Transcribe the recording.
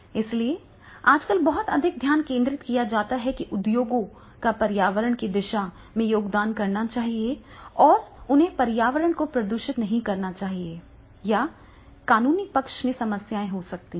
इसलिए आजकल बहुत अधिक ध्यान केंद्रित किया जाता है कि उद्योगों को पर्यावरण की दिशा में योगदान करना चाहिए और उन्हें पर्यावरण को प्रदूषित नहीं करना चाहिए या कानूनी पक्ष में समस्याएं हो सकती हैं